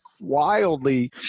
wildly